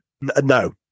No